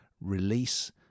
release